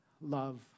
love